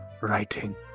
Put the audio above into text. writing